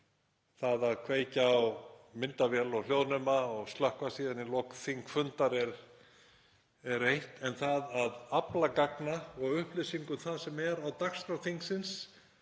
Það að kveikja á myndavél og hljóðnema og slökkva síðan í lok þingfundar er eitt en annað að afla gagna og upplýsinga um það sem er á dagskrá þingsins